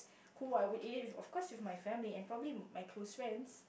who I would I eat with of course with my family and probably my close friends